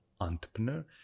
entrepreneur